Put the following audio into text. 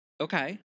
Okay